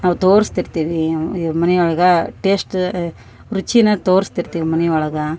ನಾವು ತೋರ್ಸ್ತಿರ್ತೀವಿ ಇವ ಇದು ಮನಿಯೊಳಗ ಟೇಸ್ಟ ರುಚಿನ ತೋರ್ಸ್ತಿರ್ತೀವಿ ಮನಿಯೊಳಗ